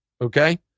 okay